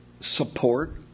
support